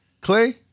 Clay